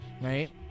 right